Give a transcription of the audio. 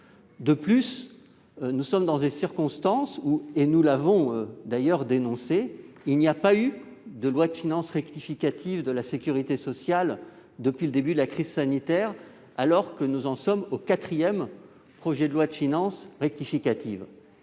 De plus, nous nous trouvons dans des circonstances particulières et, ainsi que nous l'avons dénoncé, il n'y a pas eu de loi de financement rectificative de la sécurité sociale depuis le début de la crise sanitaire, alors que nous en sommes au quatrième projet de loi de finances rectificative.